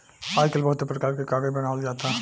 आजकल बहुते परकार के कागज बनावल जाता